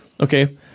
Okay